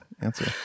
answer